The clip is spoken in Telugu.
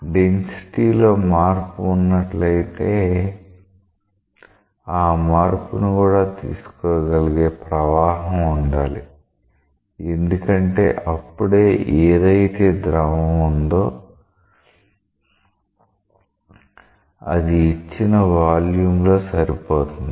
డెన్సిటీ లో మార్పు ఉన్నట్లయితే ఆ మార్పుని కూడా తీసుకోగలిగే ప్రవాహం ఉండాలి ఎందుకంటే అప్పుడే ఏదైతే ద్రవం ఉందో అది ఇచ్చిన వాల్యూమ్ లో సరిపోతుంది